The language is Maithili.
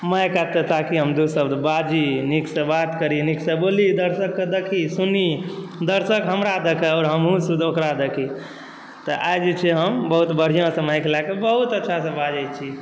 माइक आयत तऽ ताकि दू शब्द हम बाजी नीकसँ बात करी नीकसँ बोली दर्शकके देखी सुनी दर्शक हमरा देखै और हमहुँ ओकरा देखी तऽ आई जे छै हम बहुत बढ़ियाँ से माइक लऽकेँ बहुत अच्छा से बाजैछी